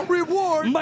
reward